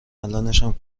الانشم